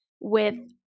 with-